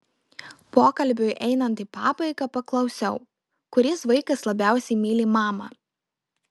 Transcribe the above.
pokalbiui einant į pabaigą paklausiau kuris vaikas labiausiai myli mamą